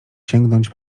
sięgnąć